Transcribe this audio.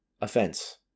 offense